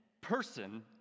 person